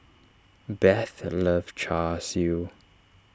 Beth loves Char Siu